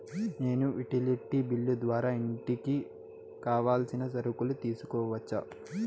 నేను utility bill ద్వారా ఇంటికి కావాల్సిన సరుకులు తీసుకోవచ్చా?